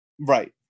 Right